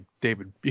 David